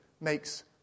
makes